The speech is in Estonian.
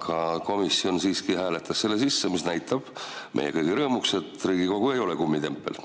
aga komisjon hääletas selle sisse, mis näitab meie kõigi rõõmuks, et Riigikogu ei ole kummitempel.